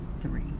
three